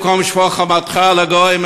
במקום "שפוך חמתך על הגויים",